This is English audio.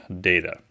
data